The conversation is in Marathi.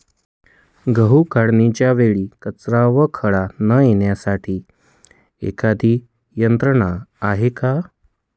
गहू काढणीच्या वेळी कचरा व खडा न येण्यासाठी एखादी यंत्रणा आहे का?